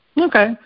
Okay